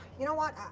you know what?